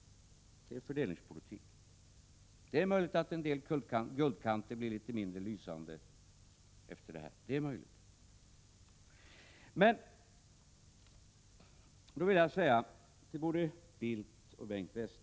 Det är fördelningspolitik! Det är möjligt att en del guldkanter blir litet mindre lysande efter det här. Men jag vill säga följande till både Carl Bildt och Bengt Westerberg.